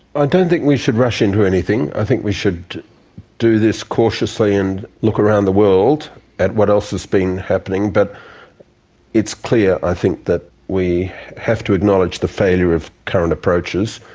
i don't think we should rush into anything, i think we should do this cautiously and look around the world at what else has been happening, but it's clear, i think, that we have to acknowledge the failure of current approaches.